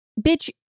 bitch